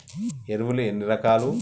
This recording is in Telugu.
ఎరువులు ఎన్ని రకాలు?